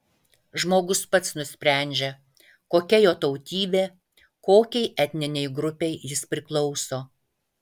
žmogus pats nusprendžia kokia jo tautybė kokiai etninei grupei jis priklauso